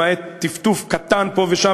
למעט טפטוף קטן פה ושם,